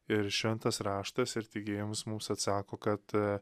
ir šventas raštas ir tikėjimas mums atsako kad a